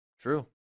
true